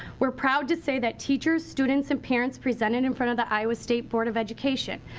we're proud to say that teachers, students and parents presented in front of the iowa state board of education,